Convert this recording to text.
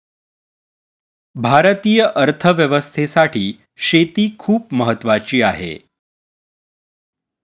भारतीय अर्थव्यवस्थेसाठी शेती खूप महत्त्वाची आहे